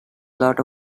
lot